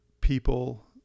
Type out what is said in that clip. people